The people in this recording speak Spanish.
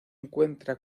encuentra